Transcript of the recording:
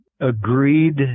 agreed